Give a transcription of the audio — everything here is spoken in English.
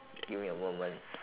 give me a moment